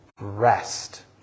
rest